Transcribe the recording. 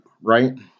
right